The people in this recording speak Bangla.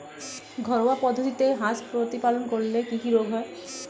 ঘরোয়া পদ্ধতিতে হাঁস প্রতিপালন করলে কি কি রোগ হয়?